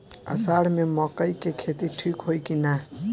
अषाढ़ मे मकई के खेती ठीक होई कि ना?